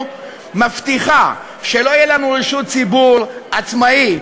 מבטיחה שלא תהיה לנו רשות שידור עצמאית,